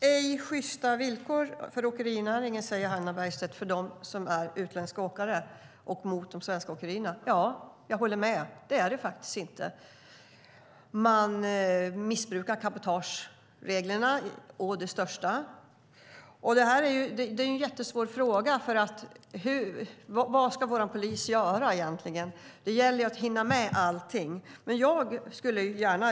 Herr talman! Hannah Bergstedt talar om ej sjysta villkor för åkerinäringen, för utländska åkare och för de svenska åkerierna. Jag håller med. Det är det faktiskt inte. Man missbrukar cabotagereglerna. Detta är en mycket svår fråga. Vad ska vår polis göra egentligen? Det gäller att hinna med allting.